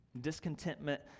discontentment